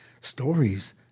stories